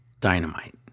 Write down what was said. Dynamite